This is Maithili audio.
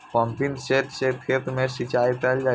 पंपिंग सेट सं खेत मे सिंचाई कैल जाइ छै